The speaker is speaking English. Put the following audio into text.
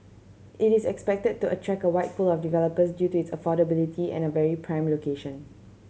it is expected to attract a wide pool of developers due to its affordability and a very prime location